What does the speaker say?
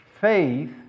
faith